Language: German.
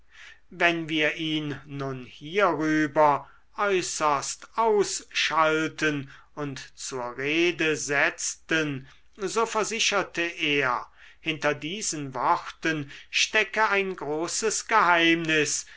wenn wir ihn nun hierüber äußerst ausschalten und zur rede setzten so versicherte er hinter diesen worten stecke ein großes geheimnis